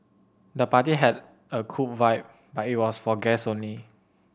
the party had a cool vibe but it was for guests only